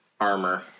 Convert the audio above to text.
Armor